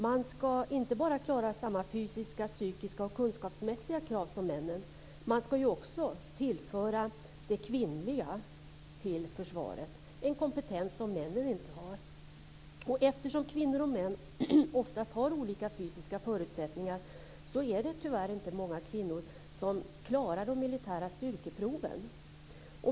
De ska inte bara klara samma fysiska, psykiska och kunskapsmässiga krav som männen. De ska också tillföra det kvinnliga till försvaret, en kompetens som männen inte har. Eftersom kvinnor och män oftast har olika fysiska förutsättningar är det tyvärr inte många kvinnor som klarar de militära styrkeproven.